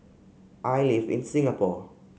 I live in Singapore